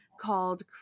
called